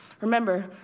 Remember